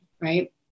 right